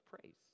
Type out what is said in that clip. praise